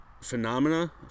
Phenomena